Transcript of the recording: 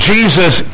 Jesus